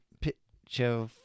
picture